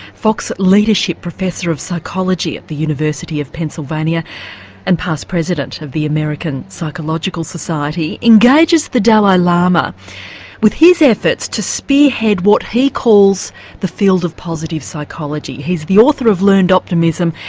fox leadership professor of psychology at the university of pennsylvania and past president of the american psychological association engages the dalai lama with his efforts to spearhead what he calls the field of positive psychology. he's the author of learned optimism,